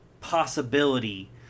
possibility